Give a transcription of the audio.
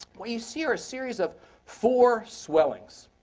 what you see are a series of four swellings,